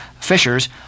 fishers